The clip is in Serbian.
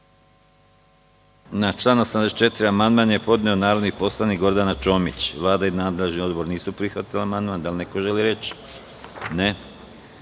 Na član 84. amandman je podnela narodni poslanik Gordana Čomić. Vlada i nadležni odbor nisu prihvatili amandman. Da li neko želi reč?